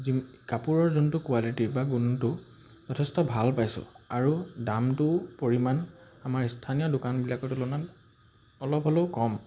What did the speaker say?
যি কাপোৰৰ যোনটো কোৱালিটি বা গুণটো যথেষ্ট ভাল পাইছোঁ আৰু দামটো পৰিমাণ আমাৰ স্থানীয় দোকানবিলাকৰ তুলনাত অলপ হ'লেও কম